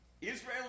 Israel